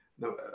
no